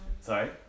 Sorry